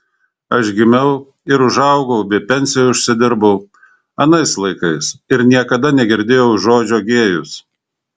aš gimiau ir užaugau bei pensiją užsidirbau anais laikais ir niekada negirdėjau žodžio gėjus